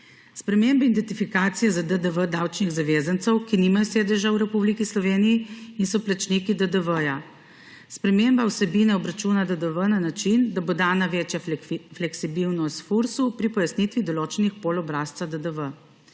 spremembe identifikacije za DDV davčnih zavezancev, ki nimajo sedeža v Republiki Sloveniji in so plačniki DDV; sprememba vsebine obračuna DDV na način, da bo dana večja fleksibilnost Fursu pri pojasnitvi določenih pol obrazca DDV;